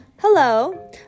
Hello